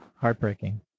Heartbreaking